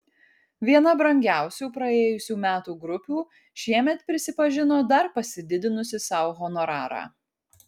viena brangiausių praėjusių metų grupių šiemet prisipažino dar pasididinusi sau honorarą